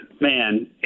Man